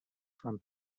from